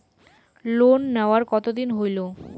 Loan নেওয়ার কতদিন হইল?